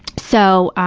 so,